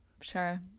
Sure